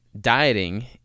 dieting